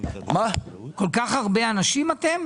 כל כך הרבה אנשים אתם?